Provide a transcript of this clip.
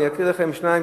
אני אקרא לכם שתיים,